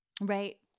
right